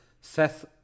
Seth